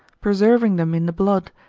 preserving them in the blood,